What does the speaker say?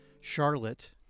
Charlotte